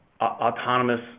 autonomous